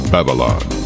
Babylon